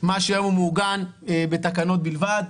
מה שהיום מעוגן בתקנות בלבד.